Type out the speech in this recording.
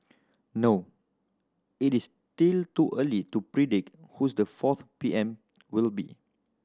no it is still too early to predict who's the fourth P M will be